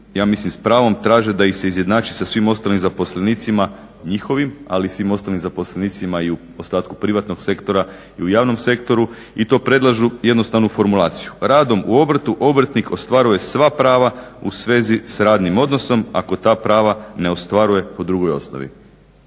ja mislim s pravom traže da ih se izjednači sa svim ostalim zaposlenicima njihovim, ali i svim ostalim zaposlenicima i u ostatku privatnog sektora i u javnom sektoru i to predlažu jednostavnu formulaciju: radom u obrtu obrtnik ostvaruje sva prava u svezi s radnim odnosom, ako ta prava ne ostvaruje po drugoj osnovi.